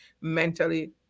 mentally